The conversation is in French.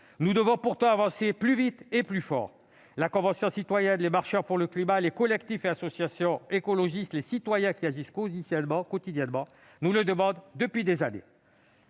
Nous devons pourtant avancer plus vite et plus fort. La Convention citoyenne, les marcheurs pour le climat, les collectifs et les associations écologistes, ainsi que les citoyens qui agissent quotidiennement nous le demandent depuis des années.